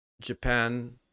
Japan